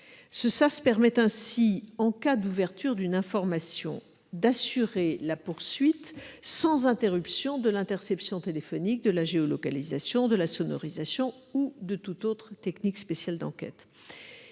des investigations. En cas d'ouverture d'une information, ce sas permet ainsi d'assurer la poursuite sans interruption de l'interception téléphonique, de la géolocalisation, de la sonorisation ou de toute autre technique spéciale d'enquête.